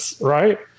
Right